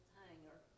hanger